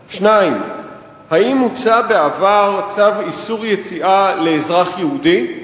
2. האם הוצא בעבר צו איסור יציאה לאזרח יהודי?